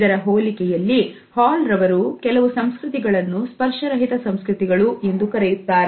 ಇದರ ಹೋಲಿಕೆಯಲ್ಲಿ ಹಾಲ್ ರವರು ಕೆಲವು ಸಂಸ್ಕೃತಿಗಳನ್ನು ಸ್ಪರ್ಶ ರಹಿತ ಸಂಸ್ಕೃತಿಗಳು ಎಂದು ಕರೆಯುತ್ತಾರೆ